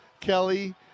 kelly